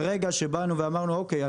ברגע שבאנו ואמרנו אוקיי,